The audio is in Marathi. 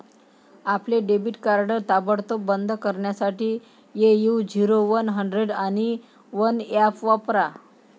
आपले डेबिट कार्ड ताबडतोब बंद करण्यासाठी ए.यू झिरो वन हंड्रेड आणि वन ऍप वापरा